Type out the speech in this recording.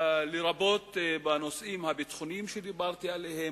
לרבות בנושאים הביטחוניים שדיברתי עליהם,